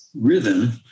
rhythm